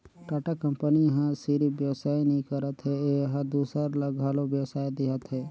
Tata company ह सिरिफ बेवसाय नी करत हे एहर दूसर ल घलो बेवसाय देहत हे